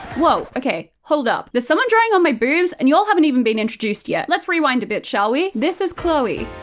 whoa, okay, hold up. there's someone drawing on my boobs and y'all haven't even been introduced yet. let's rewind a bit, shall we? this is chloe.